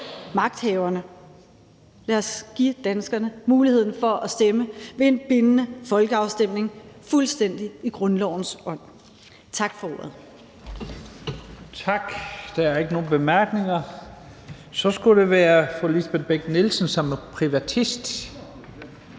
magthaverne. Lad os give danskerne muligheden for at stemme ved en bindende folkeafstemning fuldstændig i grundlovens ånd. Tak for ordet.